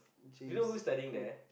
you know who's studying there